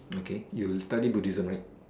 okay you study Buddhism right